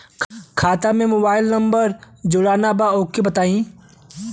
खाता में mobile number जोड़ना ओके बताई?